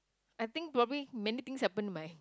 I think probably many things happen to my